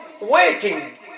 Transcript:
waiting